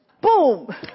boom